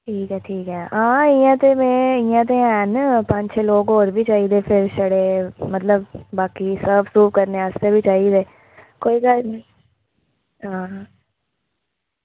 अच्छा अच्छा आं इंया ते में इंया ते हैन होर बी चाहिदे छड़े होर बी ते हैन करने आस्तै बी चाहिदे कोई गल्ल निं आं